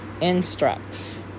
instructs